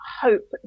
hope